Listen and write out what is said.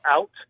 out